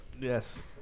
yes